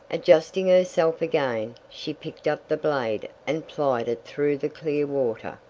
adjusting herself again, she picked up the blade and plied it through the clear water.